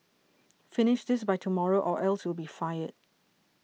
finish this by tomorrow or else you'll be fired